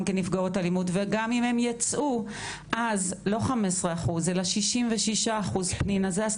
כנפגעות אלימות וגם אם הן יצאו אז לא 15 אחוזים אלא 66 אחוזים זה,